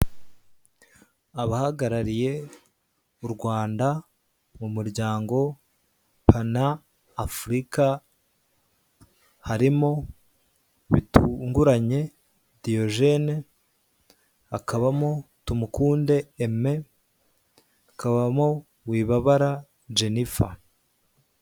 Abahagarariye Urwanda mu muryango pana afurika harimo bitunguranye Diyojene hakabamo Tumukunde Eme, hakabamo Wibabara Jenifa.